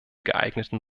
geeigneten